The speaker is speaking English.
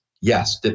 yes